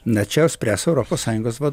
na čia spręs europos sąjungos va